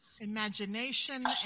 imagination